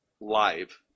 live